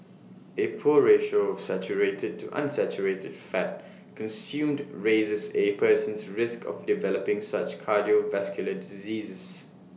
A poor ratio of saturated to unsaturated fat consumed raises A person's risk of developing such cardiovascular diseases